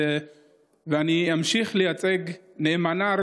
ואני אמשיך לייצג נאמנה,